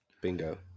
Bingo